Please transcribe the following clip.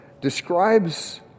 describes